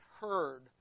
heard